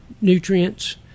nutrients